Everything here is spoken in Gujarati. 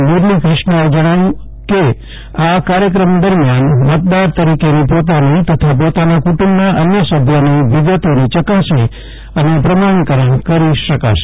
મુરલીક્રિષ્નાએ જણાવ્યું કે આ કાર્યક્રમ દરમિયાન મતદાર તરીકેની પોતાની તથા પોતાના કુટુંબના અન્ય સભ્યોની વિગતોની યકાસણી અને પ્રમાણીકરણ કરી શકશે